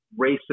racist